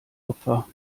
opfer